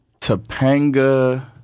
Topanga